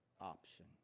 option